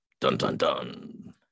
Dun-dun-dun